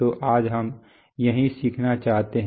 तो आज हम यही सीखना चाहते हैं